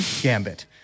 Gambit